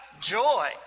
joy